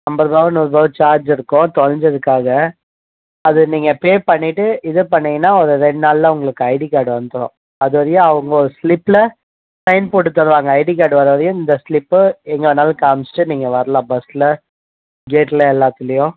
அம்பதுருவாவோ நூறுவாவோ சார்ஜ் இருக்கும் தொலஞ்சத்துக்காக அது நீங்கள் பே பண்ணிவிட்டு இதை பண்ணிங்கன்னா ஒரு ரெண்டு நாளில் உங்களுக்கு ஐடி கார்டு வந்துரும் அது வழியாக அவங்க ஒரு ஸ்லிப்பில் சைன் போட்டு தருவாங்க ஐடி கார்டு வரை வரையும் இந்த ஸ்லிப்பை எங்கேவேனாலும் காமிச்சிட்டு நீங்கள் வரலாம் பஸ்ஸில் கேட்டில் எல்லாத்துலையும்